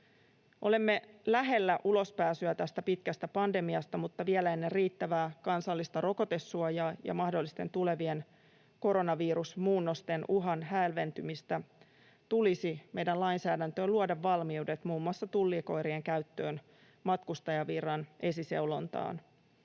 Olemme lähellä ulospääsyä tästä pitkästä pandemiasta, mutta vielä ennen riittävää kansallista rokotesuojaa ja mahdollisten tulevien koronavirusmuunnosten uhan hälventymistä tulisi meidän lainsäädäntöön luoda valmiudet muun muassa tullikoirien käyttöön matkustajavirran esiseulontaan